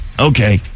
Okay